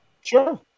Sure